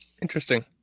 Interesting